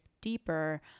deeper